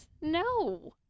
No